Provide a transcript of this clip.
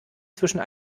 zwischen